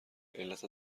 علت